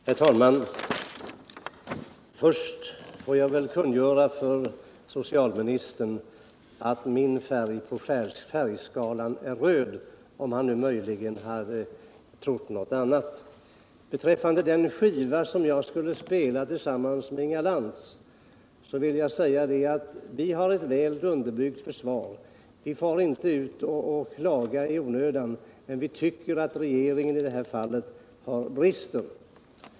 Herr talman! Först får jag väl kungöra för socialministern att min färg på färgskalan är röd, om han nu möjligen hade trott något annat. Beträffande den skiva som jag skulle spela tillsammans med Inga Lantz får jag säga, att vi har ett väl underbyggt försvar. Vi far inte ut och klagar i onödan, men vi tycker att regeringen i det här fallet brister.